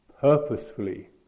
purposefully